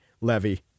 Levy